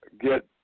get